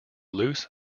loose